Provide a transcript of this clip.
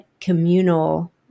communal